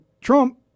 Trump